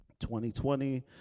2020